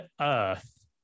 earth